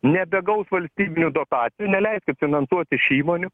nebegaus valstybinių dotacijų neleiskit finansuoti šių įmonių